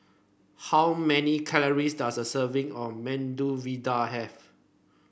how many calories does a serving of Medu Vada have